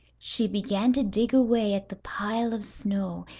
she began to dig away at the pile of snow,